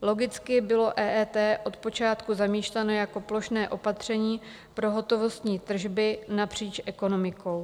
Logicky bylo EET od počátku zamýšleno jako plošné opatření pro hotovostní tržby napříč ekonomikou.